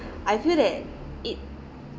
I feel that it